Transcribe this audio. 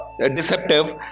deceptive